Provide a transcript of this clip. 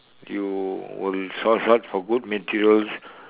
you will source out for good materials